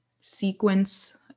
sequence